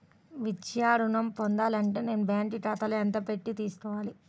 విద్యా ఋణం పొందాలి అంటే నేను బ్యాంకు ఖాతాలో ఎంత పెట్టి తీసుకోవాలి?